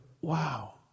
wow